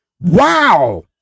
Wow